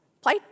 play